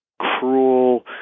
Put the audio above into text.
cruel